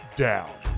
down